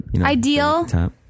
Ideal